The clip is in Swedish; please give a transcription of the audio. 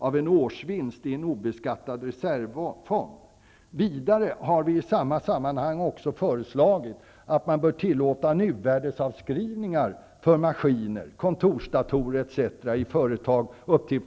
av en årsvinst i en obeskattad reservfond. Vidare har vi i samma sammanhang föreslagit att nuvärdesavskrivningar bör tillåtas för maskiner, kontorsdatorer etc. i företag med upp till De